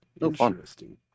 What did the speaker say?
Interesting